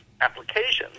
applications